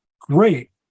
Great